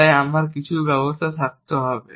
তাই আমার কিছু ব্যবস্থা থাকতে হবে